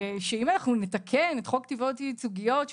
שאם אנחנו נתקן את חוק תביעות ייצוגיות כך